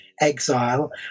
exile